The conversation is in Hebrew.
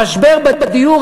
המשבר בדיור,